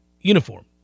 uniform